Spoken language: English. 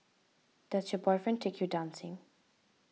does your boyfriend take you dancing